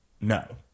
No